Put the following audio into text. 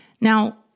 Now